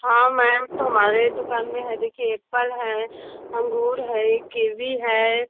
हाँ मैम तो हमारी दुकान में है देखिए एप्पल है अँगूर है कीवी है